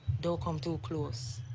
don't come too close.